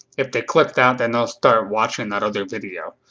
if they click that then they'll start watching that other video.